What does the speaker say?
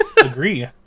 agree